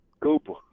Cooper